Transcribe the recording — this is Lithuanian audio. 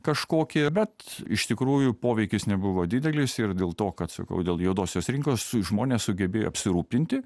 kažkokį bet iš tikrųjų poveikis nebuvo didelis ir dėl to kad sakau dėl juodosios rinkos žmonės sugebėjo apsirūpinti